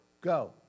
Go